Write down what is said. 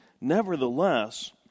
Nevertheless